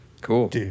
cool